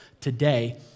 today